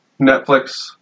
Netflix